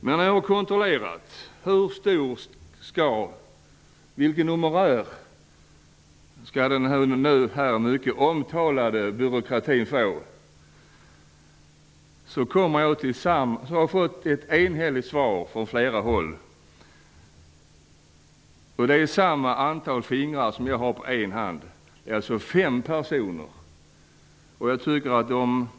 Men när jag har kontrollerat vilken numerär den här mycket omtalade byråkratin får har jag från flera håll fått samma entydiga svar; det rör sig om lika många personer som jag har fingrar på ena handen -- det är alltså fem personer.